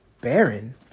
Baron